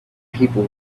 people